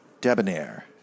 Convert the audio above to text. debonair